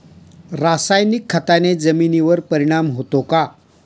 रासायनिक खताने जमिनीवर परिणाम होतो का?